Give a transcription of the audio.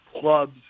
clubs